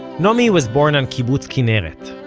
naomi was born on kibbutz kinneret,